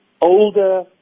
older